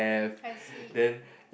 I see